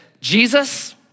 Jesus